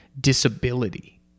disability